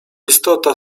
istota